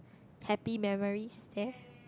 happy memories hare